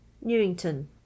Newington